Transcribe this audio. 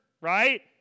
right